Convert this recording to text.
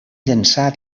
llançar